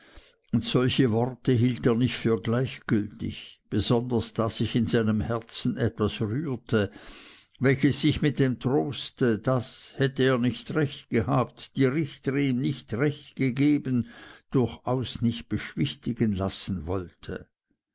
solche worte hielt er nicht für gleichgültig besonders da sich in seinem herzen etwas rührte welches sich mit dem troste daß hätte er nicht recht gehabt die richter ihm nicht recht gegeben durchaus nicht beschwichtigen lassen wollte